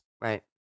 Right